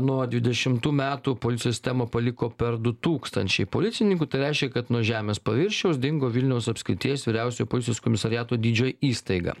nuo dvidešimtų metų policijos temą paliko per du tūkstančiai policininkų tai reiškia kad nuo žemės paviršiaus dingo vilniaus apskrities vyriausiojo policijos komisariato dydžio įstaiga